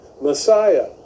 Messiah